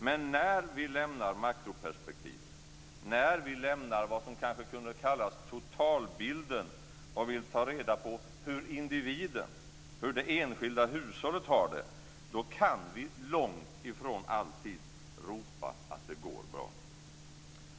Men när vi lämnar makroperspektivet, när vi lämnar vad som kanske kunde kallas totalbilden och vill ta reda på hur individen, hur det enskilda hushållet har det, då kan vi långt ifrån alltid ropa att det går bra.